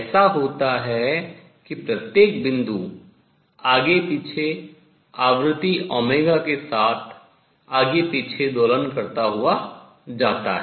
ऐसा होता है कि प्रत्येक बिंदु आगे पीछे आवृत्ति के साथ आगे पीछे दोलन करता हुआ जाता है